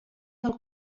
del